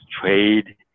trade